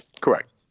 Correct